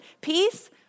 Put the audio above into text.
Peace